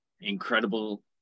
incredible